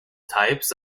types